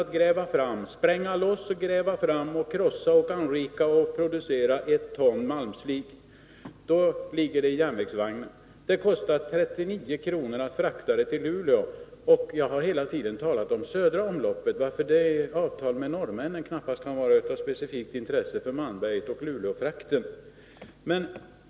att spränga loss, gräva fram, krossa, anrika och producera ett ton malmslig. Då ligger den i järnvägsvagnen. Det kostar 39 kr. att frakta den till Luleå. Jag har hela tiden talat om södra omloppet, varför avtal med norrmännen knappast kan vara ett specifikt intresse för Malmberget och Luleåfrakten.